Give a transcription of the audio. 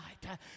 tonight